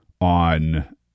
on